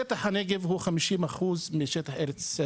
שטח הנגב הוא 50% משטח ארץ ישראל.